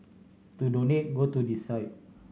to donate go to this site